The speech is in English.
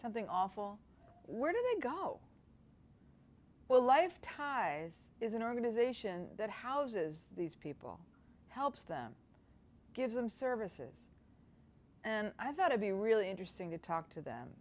something awful where do they go well life ty's is an organization that houses these people helps them gives them services and i thought i'd be really interesting to talk to them